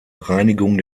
reinigung